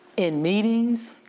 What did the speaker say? in meetings,